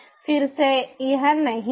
फिर से यह नहीं है